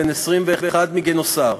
בן 21, מגינוסר,